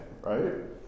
right